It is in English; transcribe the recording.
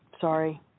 Sorry